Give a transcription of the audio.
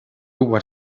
what